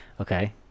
Okay